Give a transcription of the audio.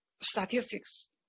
statistics